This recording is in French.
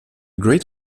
great